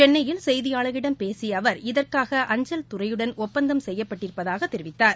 சென்னையில் செய்தியாளர்களிடம் பேசிய அவர் இதற்னக அஞ்சல் துறையுடன் ஒப்பந்தம் செய்யப்பட்டிருப்பதாக தெரிவித்தார்